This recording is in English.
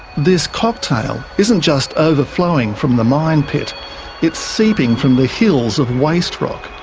this cocktail isn't just ah overflowing from the mine pit it's seeping from the hills of waste rock.